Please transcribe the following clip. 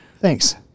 Thanks